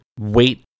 wait